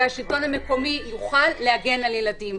והשלטון המקומי יוכל להגן על ילדים.